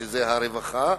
שזה הרווחה,